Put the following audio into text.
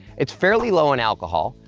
it's fairly low in alcohol,